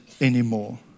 anymore